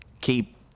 keep